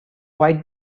why